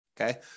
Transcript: Okay